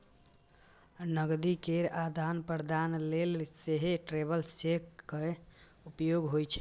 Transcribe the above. नकदी केर आदान प्रदान लेल सेहो ट्रैवलर्स चेक के उपयोग होइ छै